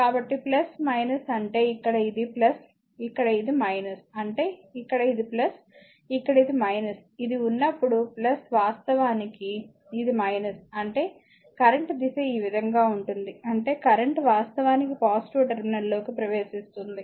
కాబట్టి అంటే ఇక్కడ ఇది ఇక్కడ ఇది అంటే ఇక్కడ ఇది ఇక్కడ ఇది ఇది ఉన్నప్పుడు వాస్తవానికి ఇది అంటే కరెంట్ దిశ ఈ విధంగా ఉంటుంది అంటే కరెంట్ వాస్తవానికి పాజిటివ్ టెర్మినల్లోకి ప్రవేశిస్తుంది